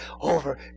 over